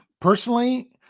personally